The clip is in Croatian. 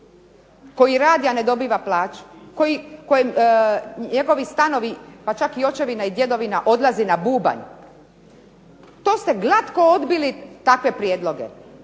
koji radi a ne dobiva plaću, koji njegovi stanovi, pa čak očevina i djedovina odlazi na bubanj. To ste glatko odbili takve prijedloge,